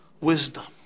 wisdom